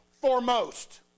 foremost